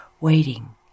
waiting